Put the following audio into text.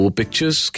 pictures